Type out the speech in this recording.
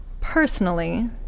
personally